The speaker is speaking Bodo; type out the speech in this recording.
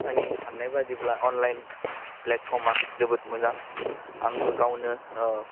आंनि सान्नाय बायदिब्ला अनलाइन प्लेटफर्मा जोबोद मोजां आंबो गावनो